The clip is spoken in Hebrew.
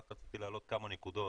רק רציתי להעלות כמה נקודות,